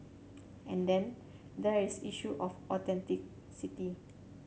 and then there is issue of authenticity